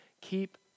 keep